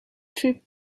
trip